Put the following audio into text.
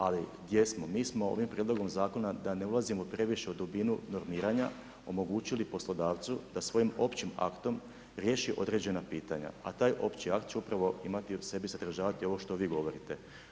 Ali gdje smo, mi smo ovim prijedlogom zakona, da ne ulazimo previše u dubinu normiranja omogućili poslodavcu da svojim općim aktom riješi određena pitanja, a taj opći akt će upravo u imati u sebi, sadržavati ovo što vi govorite.